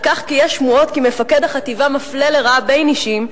על כך שיש שמועות כי מפקד החטיבה מפלה לרעה בני"שים,